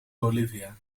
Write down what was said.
bolivia